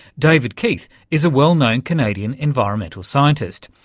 david keith is a well-known canadian environmental scientist.